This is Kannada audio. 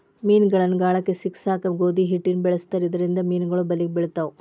ಮೇನಗಳನ್ನ ಗಾಳಕ್ಕ ಸಿಕ್ಕಸಾಕ ಗೋಧಿ ಹಿಟ್ಟನ ಬಳಸ್ತಾರ ಇದರಿಂದ ಮೇನುಗಳು ಬಲಿಗೆ ಬಿಳ್ತಾವ